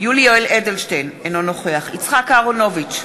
יולי יואל אדלשטיין, אינו נוכח יצחק אהרונוביץ,